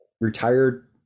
retired